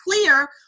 clear